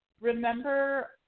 remember